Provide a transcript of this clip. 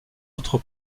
autres